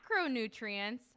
macronutrients